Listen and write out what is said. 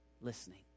listening